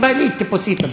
ישראלית טיפוסית,